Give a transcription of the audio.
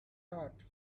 heart